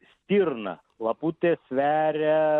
stirna laputė sveria